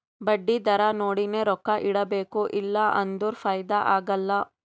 ಬಡ್ಡಿ ದರಾ ನೋಡಿನೆ ರೊಕ್ಕಾ ಇಡಬೇಕು ಇಲ್ಲಾ ಅಂದುರ್ ಫೈದಾ ಆಗಲ್ಲ